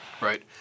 Right